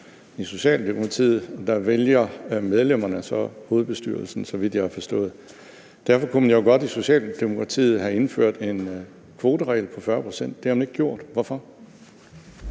I Socialdemokratiet vælger medlemmerne så hovedbestyrelsen, så vidt jeg har forstået. Derfor kunne man jo godt i Socialdemokratiet have indført en kvoteregel på 40 pct. Det har man ikke gjort. Hvorfor